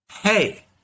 Hey